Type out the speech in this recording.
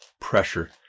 pressure